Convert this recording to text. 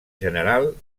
general